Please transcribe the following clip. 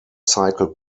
cycle